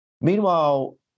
Meanwhile